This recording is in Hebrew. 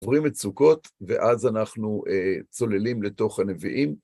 עוברים את סוכות, ואז אנחנו צוללים לתוך הנביאים.